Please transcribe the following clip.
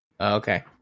Okay